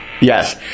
Yes